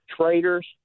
Traders